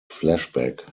flashback